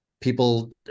people